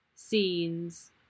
scenes